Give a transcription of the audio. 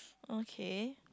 okay